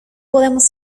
podemos